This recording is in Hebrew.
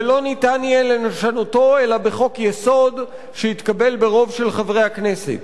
ולא יהיה אפשר לשנותו אלא בחוק-יסוד שיתקבל ברוב של חברי הכנסת.